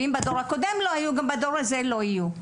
מה שאומר שאם בדור הקודם לא היו אז גם בדור הזה לא יהיו.